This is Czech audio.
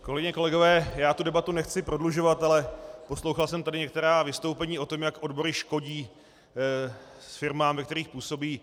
Kolegyně, kolegové, já tu debatu nechci prodlužovat, ale poslouchal jsem tady některá vystoupení o tom, jak odbory škodí firmám, ve kterých působí.